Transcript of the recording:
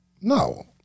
No